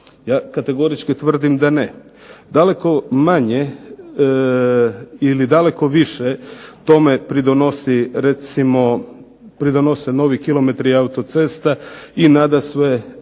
Ja kategorički tvrdim da ne. Daleko manje ili daleko više tome pridonosi recimo pridonose novi km autocesta i nadasve recesija.